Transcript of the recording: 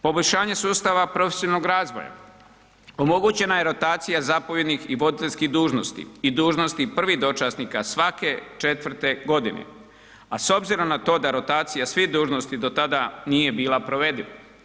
Poboljšanje sustava profesionalnog razvoja, omogućena je rotacija zapovjednih i voditeljskih dužnosti i dužnosti prvih dočasnika svake 4.-te godine a s obzirom na to da rotacija svih dužnosti do tada nije bila provediva.